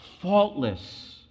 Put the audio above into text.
faultless